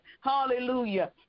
hallelujah